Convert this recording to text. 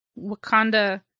wakanda